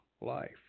life